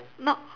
not